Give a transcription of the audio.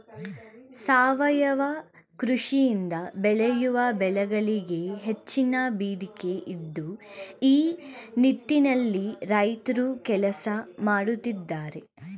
ಸಾವಯವ ಕೃಷಿಯಿಂದ ಬೆಳೆಯುವ ಬೆಳೆಗಳಿಗೆ ಹೆಚ್ಚಿನ ಬೇಡಿಕೆ ಇದ್ದು ಈ ನಿಟ್ಟಿನಲ್ಲಿ ರೈತ್ರು ಕೆಲಸ ಮಾಡತ್ತಿದ್ದಾರೆ